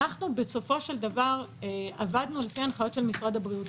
אנחנו בסופו של דבר עבדנו לפי הנחיות של משרד הבריאות.